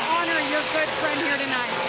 honor your good friend here tonight?